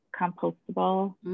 compostable